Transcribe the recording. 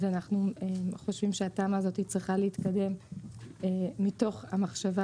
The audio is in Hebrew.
ואנחנו חושבים שהתמ"א הזו צריכה להתקדם מתוך המחשבה